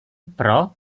pro